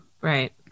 right